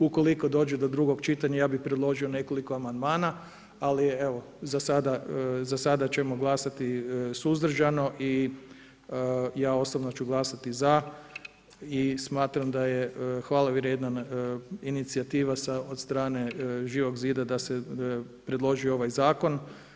Ukoliko dođe do drugog čitanja ja bih predložio nekoliko amandmana, ali evo, za sada ćemo glasati suzdržano i ja osobno ću glasati za i smatram da je hvale vrijedan inicijativa od strane Živog zida da se predloži ovaj zakon.